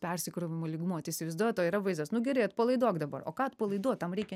persikrovimo lygmuo tai įsivaizduotat o yra vaizdas nu gerai atpalaiduok dabar o ką atpalaiduot tam reikia